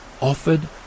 offered